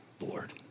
Lord